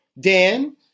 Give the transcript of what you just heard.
Dan